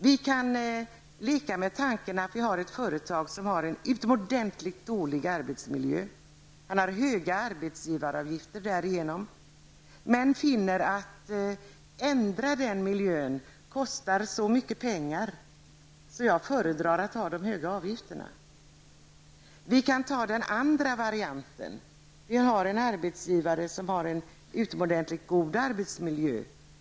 Vi kan leka med tanken att vi har ett företag som har en utomordentligt dålig arbetsmiljö. Företaget har därigenom höga arbetsgivaravgifter, men finner att det kostar så mycket pengar att ändra arbetsmiljön att man föredrar att ha de höga avgifterna. Vi kan ta den andra varianten. Vi har en arbetsgivare som har en utomordentligt god arbetsmiljö.